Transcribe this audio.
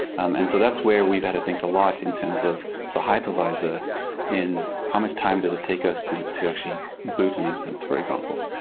um and so that's where we've had to think a lot in terms of the hypervisor and how much time does it take us to to actually boot an instance, for example.